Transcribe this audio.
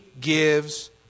gives